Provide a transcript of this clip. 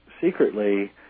secretly